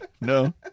No